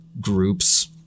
groups